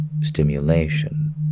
stimulation